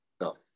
no